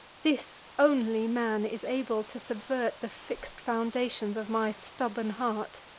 this only man is able to subvert the fix'd foundations of my stubborn heart.